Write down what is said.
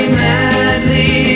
madly